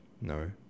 No